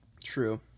True